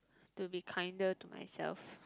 to be kinder to myself